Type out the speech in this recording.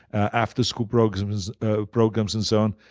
after school programs ah programs and so on,